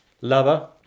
lover